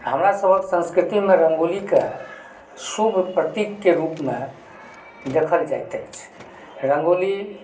हमरासभकेँ संस्कृतिमे रङ्गोलिके शुभ प्रतीकके रूपमे देखल जाइत अछि रङ्गोली